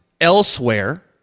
elsewhere